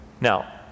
Now